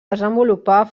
desenvolupar